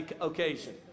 occasion